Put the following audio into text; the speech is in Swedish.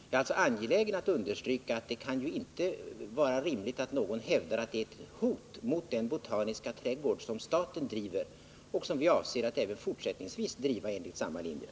Jag är alltså angelägen om att understryka att det inte är rimligt att hävda att det föreligger ett hot mot den botaniska trädgård som staten driver och som staten avser driva enligt samma linjer.